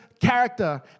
character